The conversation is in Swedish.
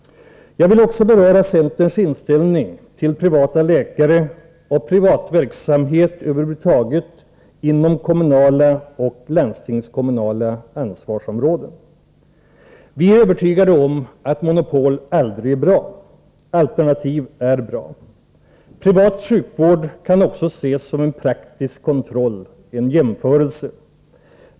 Jag vill också beröra centerns inställning till privata läkare och privatverksamhet över huvud taget inom kommunala och landstingskommunala ansvarsområden. Vi är övertygade om att monopol aldrig är bra. Alternativ är bra. Privat sjukvård kan också ses som en praktisk kontroll — en jämförelse.